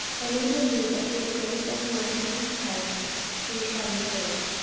but we believe that through the grace of the lord jesus christ we shall be saved,